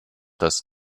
das